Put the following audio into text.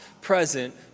present